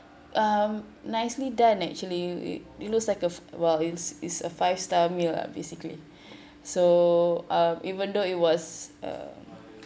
um nicely done actually it it looks like a !wow! it's it's a five star meal lah basically so uh even though it was a